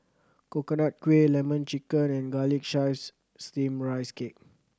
Coconut Kuih Lemon Chicken and Garlic Chives Steamed Rice Cake